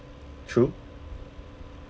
true